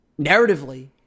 narratively